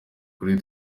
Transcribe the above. kuri